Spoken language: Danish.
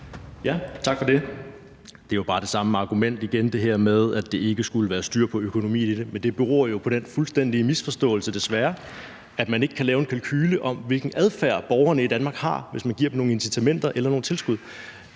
Tak for det. Det er jo bare det samme argument igen, altså det her med, at der ikke skulle være styr på økonomien i det. Men det beror jo på den fuldstændige misforståelse, desværre, at man ikke kan lave en kalkule af, hvilken adfærd borgerne i Danmark har, hvis man giver dem nogle incitamenter eller nogle tilskud.